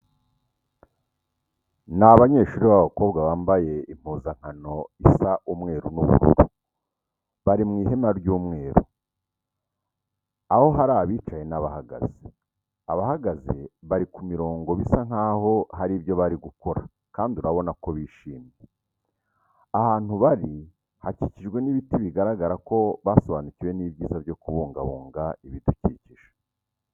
Ni abanyeshuri b'abakobwa bambaye impuzankano isa umweru n'ubururu, bari mu ihema ry'umweru, aho hari abicaye n'abahagaze. Abahagaze bari ku mirongo bisa nkaho hari ibyo bari gukora kandi urabona ko bishimye. Ahantu bari hakikijwe n'ibiti, bigaragara ko basobanukiwe n'ibyiza byo kubungabunga ibidukikije.